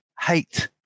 hate